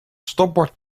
stopbord